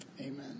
Amen